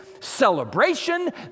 celebration